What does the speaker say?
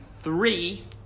three